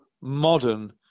modern